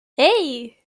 hey